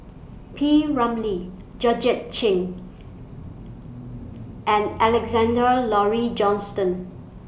P Ramlee Georgette Chen and Alexander Laurie Johnston